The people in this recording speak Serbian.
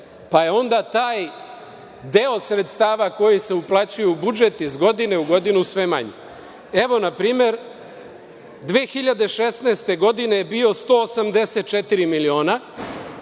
pa je onda taj deo sredstava koji se uplaćuje u budžet iz godine u godinu sve manji. Evo, na primer, 2016. godine je bio 184 miliona,